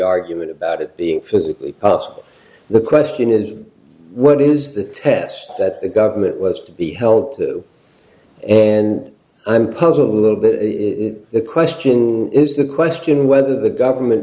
argument about it being physically the question is what is the test that the government was to be held to and i'm puzzled that the question is the question whether the government